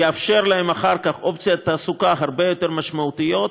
זה יאפשר להם אחר כך אופציות תעסוקה הרבה יותר משמעותיות.